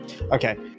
Okay